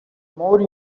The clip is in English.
more